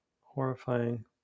horrifying